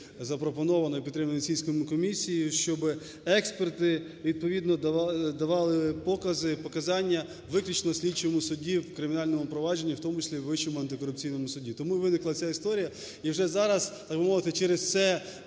запропоновано і підтримано Венеційською комісією. Щоби експерти відповідно давали покази, показання виключно слідчому судді в кримінальному провадженні, в тому числі в Вищому антикорупційному суді. Тому й виникла ця історія і вже зараз, так би